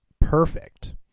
Perfect